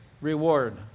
reward